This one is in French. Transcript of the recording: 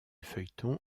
feuilleton